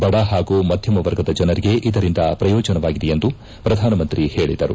ಬಡ ಪಾಗು ಮಧ್ಯಮ ವರ್ಗದ ಜನರಿಗೆ ಇದರಿಂದ ಪ್ರಯೋಜನವಾಗಿದೆ ಎಂದು ಪ್ರಧಾನಮಂತ್ರಿ ಹೇಳಿದರು